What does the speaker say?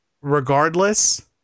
regardless